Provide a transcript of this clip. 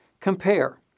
Compare